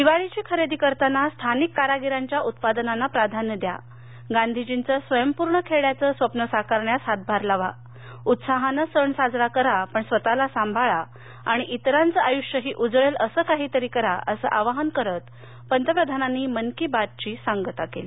दिवाळीची खरेदी करताना स्थानिक कारागिरांच्या उत्पादनांना प्राधान्य द्या गांधीजींचं स्वयंपूर्ण खेड्यांचं स्वप्न साकारण्यास हातभार लावा उत्साहानं सण साजरा करा पण स्वतःला सांभाळा आणि इतरांचं आयृष्यही उजळेल असं काहीतरी करा असं आवाहन करत पंतप्रधानांनी मन की बात ची सांगता केली